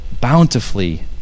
bountifully